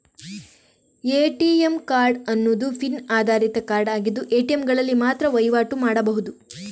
ATM card ಅನ್ನುದು PIN ಆಧಾರಿತ card ಆಗಿದ್ದು ಎ.ಟಿ.ಎಂಗಳಲ್ಲಿ ಮಾತ್ರ ವೈವಾಟು ಮಾಡ್ಬಹುದು